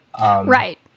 Right